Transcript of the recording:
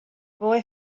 boy